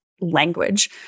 language